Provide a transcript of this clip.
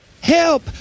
Help